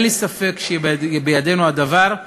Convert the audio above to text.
אין לי ספק שבידינו הדבר,